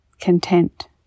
content